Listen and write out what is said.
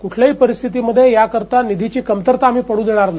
कुठल्याही परिस्थितीमध्ये याकरीता निधीची कमतरता आम्ही कमी पडू देणार नाही